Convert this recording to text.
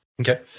Okay